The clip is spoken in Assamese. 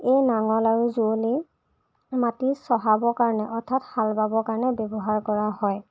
এই নাঙল আৰু যুঁৱলি মাটি চহাবৰ কাৰণে অৰ্থাৎ হাল বাবৰ কাৰণে ব্যৱহাৰ কৰা হয়